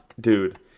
Dude